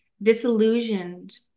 disillusioned